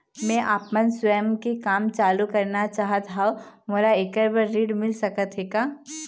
मैं आपमन स्वयं के काम चालू करना चाहत हाव, मोला ऐकर बर ऋण मिल सकत हे का?